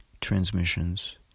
transmissions